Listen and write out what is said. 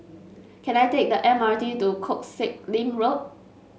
can I take the M R T to Koh Sek Lim Road